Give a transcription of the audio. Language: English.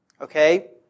Okay